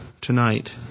tonight